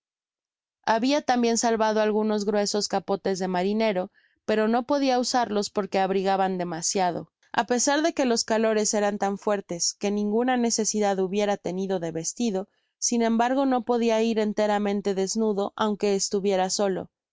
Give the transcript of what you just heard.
habia tambien salvado algunos gruesos capotes de marinero pero no podia usarlos porque abrigaban demasiado a pesar de que los calores eran tan fuertes que ninguna necesidad hubiera tenido de vestido sin embargo no podia ir enteramente desnudo aunque estuviera solo